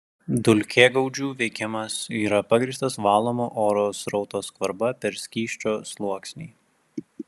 dulkėgaudžių veikimas yra pagrįstas valomo oro srauto skvarba per skysčio sluoksnį